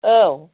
औ